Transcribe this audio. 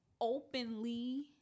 openly